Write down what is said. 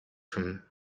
from